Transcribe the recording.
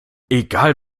egal